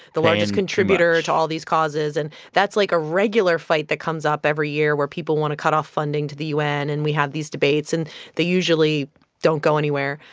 the largest contributor to all these causes. and that's, like, a regular fight that comes up every year where people want to cut off funding to the u n, and we have these debates, and they usually don't go anywhere.